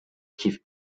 chief